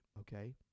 okay